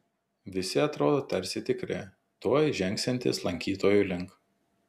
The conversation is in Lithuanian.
visi atrodo tarsi tikri tuoj žengsiantys lankytojų link